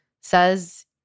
says